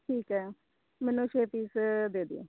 ਠੀਕ ਹੈ ਮੈਨੂੰ ਛੇ ਪੀਸ ਦੇ ਦਿਓ